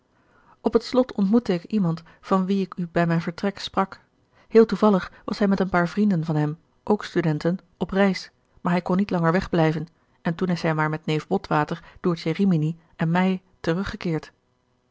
op het slot ontmoette ik iemand van wien ik u bij mijn vertrek sprak heel toevallig was hij met een paar vrienden van hem ook studenten op reis maar hij kon niet langer wegblijven en toen is hij maar met neef botwater doortje rimini en mij teruggekeerd